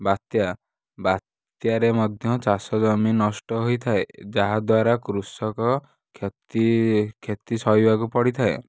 ବାତ୍ୟା ବାତ୍ୟାରେ ମଧ୍ୟ ଚାଷ ଜମି ନଷ୍ଟ ହୋଇଥାଏ ଯାହାଦ୍ୱାରା କୃଷକ କ୍ଷତି କ୍ଷତି ସହିବାକୁ ପଡ଼ିଥାଏ